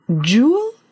Jewel